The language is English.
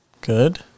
good